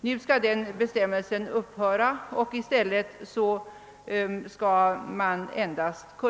Nu skall den bestämmelsen försvinna, och i stället skall